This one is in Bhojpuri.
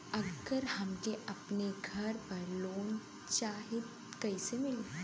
अगर हमके अपने घर पर लोंन चाहीत कईसे मिली?